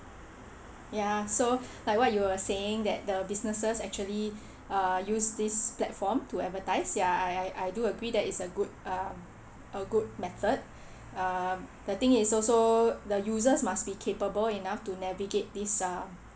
ya so like what you were saying that the businesses actually err use this platform to advertise ya I I I do agree that is a good uh a good method um the thing is also the users must be capable enough to navigate this uh